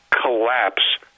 collapse